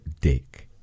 dick